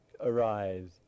arise